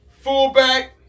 fullback